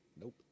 Nope